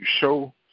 show